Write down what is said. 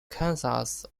kansas